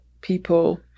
people